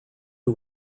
who